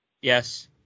Yes